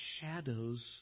shadows